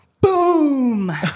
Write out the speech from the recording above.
Boom